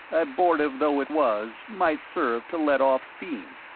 abortive though it was, might serve to let off steam.